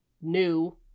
new